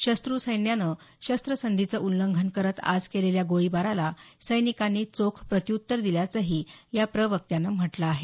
शत्रू सैन्यानं शस्त्रसंधीचं उल्लंघन करत आज केलेल्या गोळीबाराला सैनिकांनी चोख प्रत्युत्तर दिल्याचंही या प्रवक्त्यानं म्हटलं आहे